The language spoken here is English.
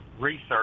research